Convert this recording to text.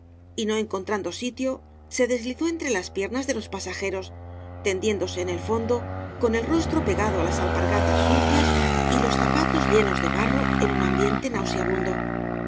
y no encontrando sitio se deslizó entre las piernas de los pasajeros tendiéndose en el fondo con el rostro pegado á las alpargatas sucias y los zapatos llenos de barro en un ambiente nauseabundo